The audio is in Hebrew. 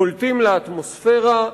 פולטים לאטמוספירה,